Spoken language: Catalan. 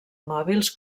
mòbils